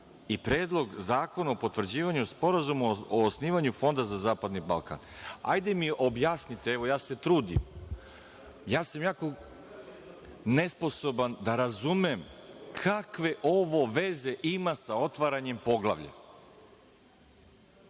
i Predlog zakona o potvrđivanju sporazuma o osnivanju Fonda za zapadni Balkan. Hajde mi objasnite, ja se trudim, ja sam jako nesposoban da razumem kakve ovo veze ima sa otvaranjem poglavlja?